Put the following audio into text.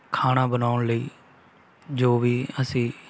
ਖਾਣਾ ਬਣਾਉਣ ਲਈ ਜੋ ਵੀ ਅਸੀਂ